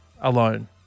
alone